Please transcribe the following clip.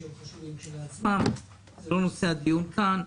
שהם חשובים כשלעצמם אך הם לא נושא הדיון כאן.